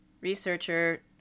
researcher